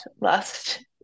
last